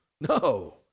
No